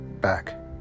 back